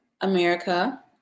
America